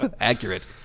Accurate